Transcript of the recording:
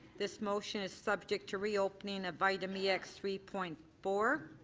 this motion is subject to reopening of item e x three point four,